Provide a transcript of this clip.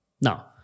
Now